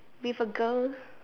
with a girl